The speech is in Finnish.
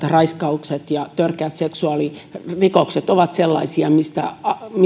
raiskaukset ja törkeät seksuaalirikokset ovat sellaisia mistä